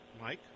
Mike